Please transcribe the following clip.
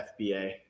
FBA